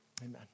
amen